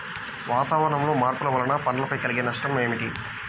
వాతావరణంలో మార్పుల వలన పంటలపై కలిగే నష్టం ఏమిటీ?